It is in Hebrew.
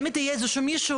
תמיד יש איזה מישהו,